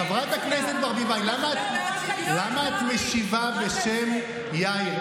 חברת הכנסת ברביבאי, למה את משיבה בשם יאיר?